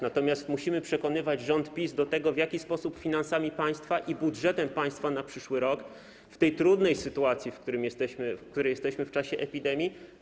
Natomiast musimy przekonywać rząd PiS do tego, w jaki sposób zarządzać finansami państwa i budżetem państwa na przyszły rok w tej trudnej sytuacji, w której jesteśmy w czasie epidemii.